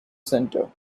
centre